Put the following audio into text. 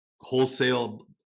wholesale